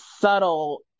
subtle